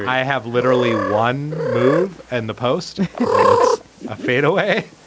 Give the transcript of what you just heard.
i have literally one move and the post it's a fadeaway.